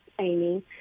Amy